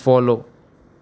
follow